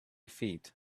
feet